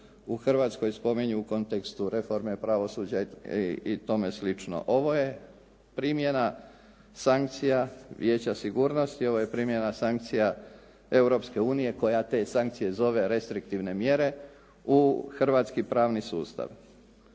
u Hrvatskoj spominju u kontekstu reforme pravosuđa i tome slično. Ovo je primjena sankcija Vijeća sigurnosti, ovo je primjena sankcija Europske unije koja te sankcije zove restriktivne mjere u hrvatski pravni sustav.